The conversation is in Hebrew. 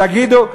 תגידו,